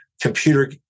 computer